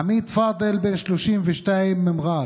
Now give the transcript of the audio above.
עמיד פאדל, בן 32, ממע'אר,